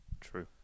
True